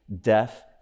death